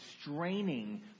straining